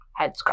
headscarf